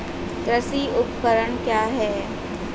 कृषि उपकरण क्या है?